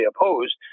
opposed